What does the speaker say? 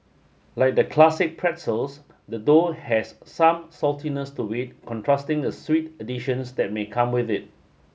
like the classic pretzels the dough has some saltiness to it contrasting the sweet additions that may come with it